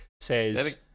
says